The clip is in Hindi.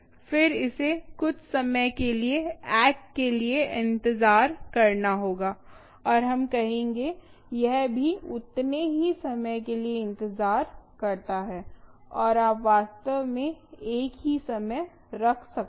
फिर इसे कुछ समय के लिए ैक के लिए इंतजार करना होगा और हम कहेंगे यह भी उतने ही समय के लिए इंतजार करता है और आप वास्तव में एक ही समय रख सकते हैं